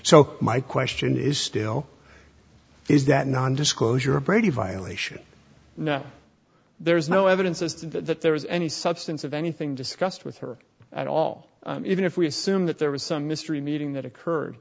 so my question is still is that nondisclosure brady violation there is no evidence of that there was any substance of anything discussed with her at all even if we assume that there was some mystery meeting that occurred